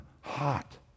hot